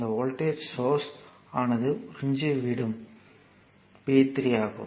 இந்த voltage source ஆனது உறிஞ்சிவிடும் பவர் P3 ஆகும்